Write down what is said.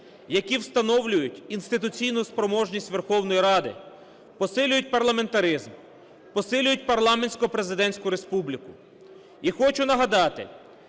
які встановлюють інституційну спроможність Верховної Ради, посилюють парламентаризм, посилюють парламентсько-президентську республіку. І хочу нагадати,